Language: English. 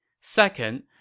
Second